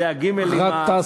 גטאס, זה הגימ"ל עם, גטאס.